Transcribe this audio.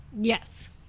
Yes